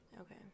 Okay